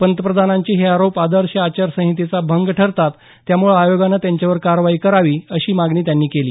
पंतप्रधानांचे हे आरोप आदर्श आचारसंहितेचा भंग ठरतात त्यामुळे आयोगानं त्यांच्यावर कारवाई करावी अशी मागणी त्यांनी केली